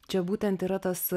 čia būtent yra tas